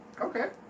okay